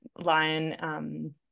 lion